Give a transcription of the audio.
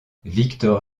victor